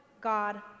God